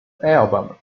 album